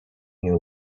knew